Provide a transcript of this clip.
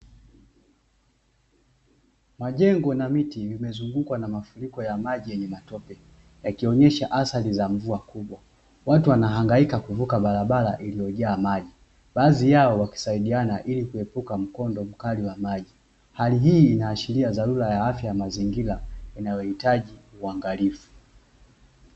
Majengo na miti vimezungukwa na mafuriko ya maji yenye matope yakionesha athari za mvua kubwa. Watu wanahangaika kuvuka barabara iliyojaa maji. Baadhi yao wakisaidiana ili kuepuka mkondo mkali wa maji. Hali hii inaashiria dharula ya afya ya mazingira inayohitaji uangalifu.